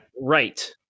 Right